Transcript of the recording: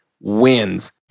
wins